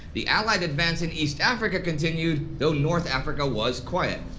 the allied advance in east africa continued, though north africa was quiet.